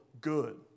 good